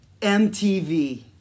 MTV